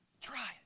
Try